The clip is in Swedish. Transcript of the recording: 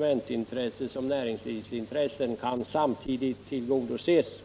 den ytterligare tid som det senarelagda ikraftträdandet ger utrymme för delar jag Lennart Anderssons synpunkt. Den är mycket berättigad och tillmötesgår inte bara motionärens synpunkt utan även de önskemål som har framförts från näringslivet. Det är ju värdefullt att såväl konsumentintressen som näringslivsintressen samtidigt kan tillgodoses.